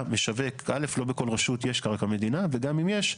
לא בכל רשות יש קרקע מדינה וגם אם יש,